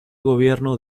gobierno